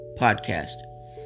podcast